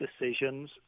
decisions